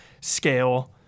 scale